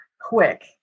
quick